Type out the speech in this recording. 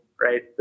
right